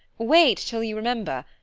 wait till you remember,